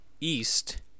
East